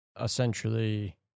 essentially